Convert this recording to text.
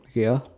ya